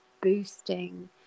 boosting